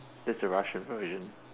that's a Russian version